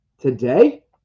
today